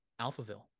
Alphaville